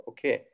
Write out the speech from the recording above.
Okay